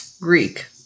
Greek